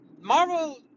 Marvel